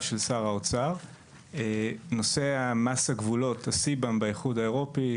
ישר לארצות הברית או לאירופה אלא שבאמת יהיה להם ניסוי בישראל,